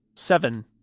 Seven